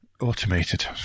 Automated